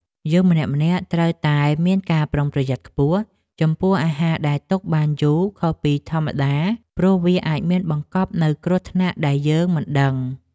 យើងម្នាក់ៗត្រូវតែមានការប្រុងប្រយ័ត្នខ្ពស់ចំពោះអាហារដែលទុកបានយូរខុសពីធម្មតាព្រោះវាអាចមានបង្កប់នូវគ្រោះថ្នាក់ដែលយើងមិនដឹង។